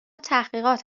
تحقیقات